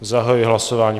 Zahajuji hlasování.